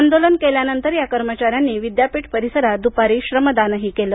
आंदोलन केल्यानंतर या कर्मचाऱ्यांनी विद्यापीठ परिसरात द्पारी श्रमदानही केलं